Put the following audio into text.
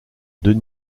deux